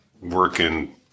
working